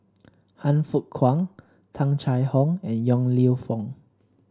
Han Fook Kwang Tung Chye Hong and Yong Lew Foong